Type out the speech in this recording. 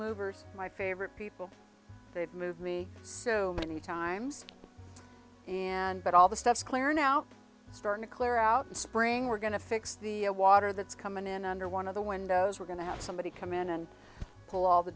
movers my favorite people they've moved me so many times and but all the stuff claire now start to clear out the spring we're going to fix the water that's coming in under one of the windows we're going to have somebody come in and pull all the